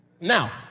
Now